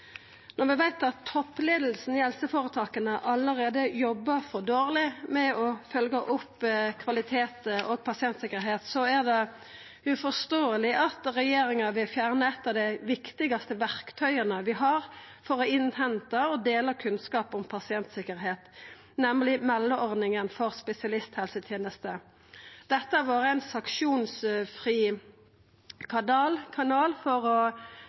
Når vi veit at toppleiinga i helseføretaka alt jobbar for dårleg med å følgja opp kvalitet og pasientsikkerheit, er det uforståeleg at regjeringa vil fjerna eit av dei viktigaste verktøya vi har for å innhenta og dela kunnskap om pasientsikkerheit, nemleg meldeordninga for spesialisthelsetenesta. Dette har vore ein sanksjonsfri kanal for å